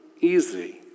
easy